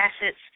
assets